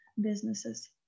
businesses